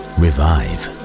revive